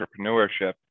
entrepreneurship